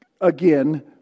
again